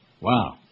Wow